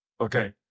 Okay